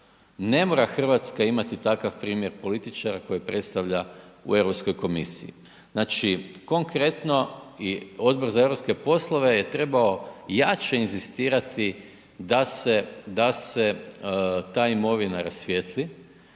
ne mora RH imati takav primjer političara koji je predstavlja u Europskoj komisiji. Znači, konkretno i Odbor za europske poslove je trebao jače inzistirati da se, da se ta imovina rasvijetli